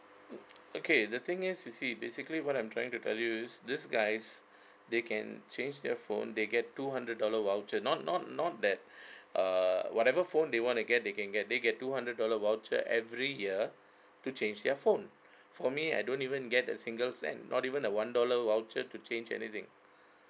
okay the thing is you see basically what I'm trying to tell you is these guys they can change their phone they get two hundred dollar voucher not not not that err whatever phone they want to get they can get they get two hundred dollar voucher every year to change their phone for me I don't even get a single cent not even a one dollar voucher to change anything